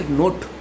note